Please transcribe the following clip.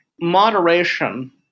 Moderation